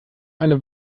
eine